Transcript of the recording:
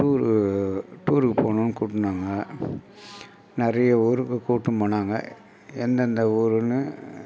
tour டூருக்கு போகணுன்னு கூப்பிட்டாங்க நிறைய ஊருக்கு கூட்டினு போனாங்க எந்தெந்த ஊருன்னு